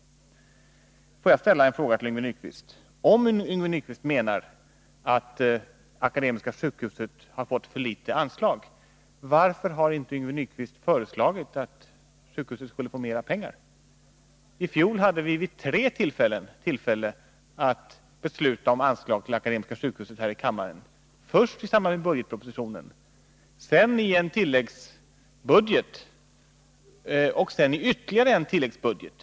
Får jag då ställa en fråga till Yngve Nyquist: Om Yngve Nyquist menar att Akademiska sjukhuset har fått för litet anslag, varför har Yngve Nyquist då inte föreslagit att sjukhuset skall få mera pengar? I fjol hade vi vid tre tillfällen möjlighet att här i kammaren besluta om anslag till Akademiska sjukhuset, först i samband med budgetpropositionen, sedan i samband med en tilläggsbudget och sedan i samband ytterligare en tilläggsbudget.